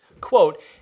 quote